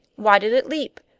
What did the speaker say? why did it leap?